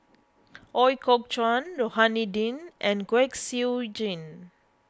Ooi Kok Chuen Rohani Din and Kwek Siew Jin